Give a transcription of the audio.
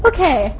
Okay